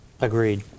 Agreed